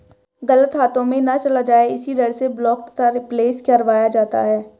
गलत हाथों में ना चला जाए इसी डर से ब्लॉक तथा रिप्लेस करवाया जाता है